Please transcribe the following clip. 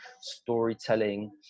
storytelling